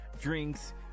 drinks